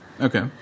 Okay